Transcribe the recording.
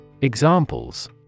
Examples